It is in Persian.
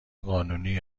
قانونی